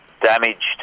Damaged